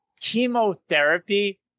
chemotherapy